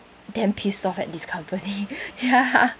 damn pissed off at this company ya